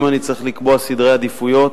אם אני צריך לקבוע סדרי עדיפויות,